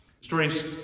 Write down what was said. Stories